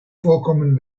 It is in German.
vorkommen